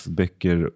böcker